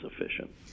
efficient